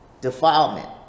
defilement